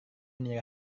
ini